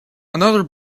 another